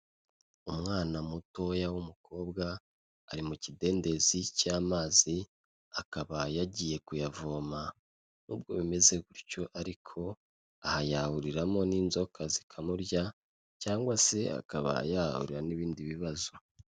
Umwana mutoya w'umukobwa ari mu kidendezi cy'amazi akaba yagiye kuyavoma n'ubwo bimeze gutyo ariko aha yahuriramo n'inzoka zikamurya cyangwa se akaba yahahurira n'ibindi bibazo.